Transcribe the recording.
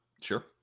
Sure